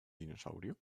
dinosaurio